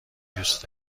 دوست